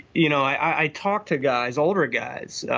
you know i talked to guys, older guys,